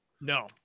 No